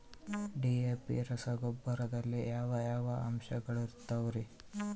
DAP ರಸಗೊಬ್ಬರದಲ್ಲಿ ಯಾವ ಯಾವ ಅಂಶಗಳಿರುತ್ತವರಿ?